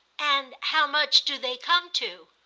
and how much do they come to?